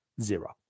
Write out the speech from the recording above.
Zero